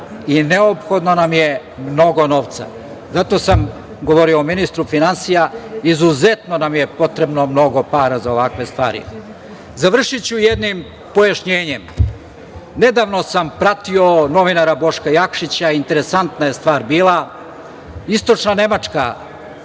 i neophodno nam je mnogo novca. Zato sam govorio o ministru finansija. Izuzetno nam je potrebno mnogo para za ovakve stvari. Završiću jednim pojašnjenjem. Nedavno sam pratio novinara Boška Jakšića. Interesantna je stvar bila. Istočna Nemačka